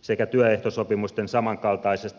sekä työehtosopimusten samankaltaisesta tiukkuudesta